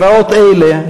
הכרעות אלה,